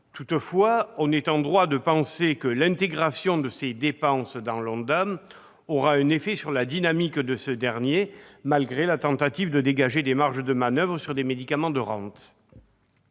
Toutefois, on est en droit de penser que l'intégration de ces dépenses dans l'ONDAM aura un effet sur la dynamique de ce dernier, malgré la tentative de dégager des marges de manoeuvre sur des médicaments de rente.